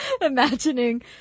imagining